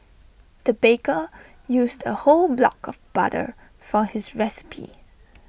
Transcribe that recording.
the baker used A whole block of butter for his recipe